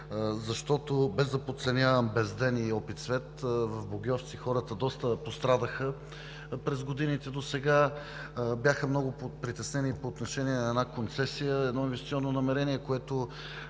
защото, без да подценявам Безден и Опицвет, в Богьовци хората доста пострадаха през годините досега. Бяха много притеснени по отношение на една концесия, едно инвестиционно намерение, което,